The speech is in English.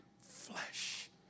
flesh